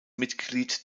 mitglied